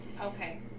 Okay